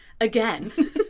again